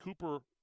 Cooper